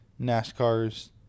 NASCAR's